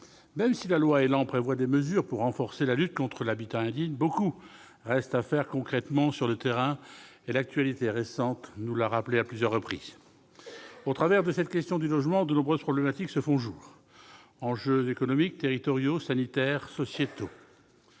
Même si la loi ÉLAN prévoit des mesures pour renforcer la lutte contre l'habitat indigne, beaucoup reste à faire concrètement sur le terrain, et l'actualité récente nous l'a rappelé à plusieurs reprises. Au travers de cette question du logement, de nombreuses problématiques se font jour : enjeux économiques, territoriaux, sanitaires, sociétaux.